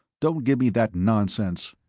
don't give me that nonsense.